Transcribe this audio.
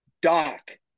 doc